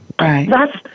right